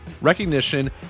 recognition